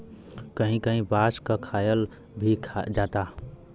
कहीं कहीं बांस क खायल भी जाला